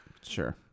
Sure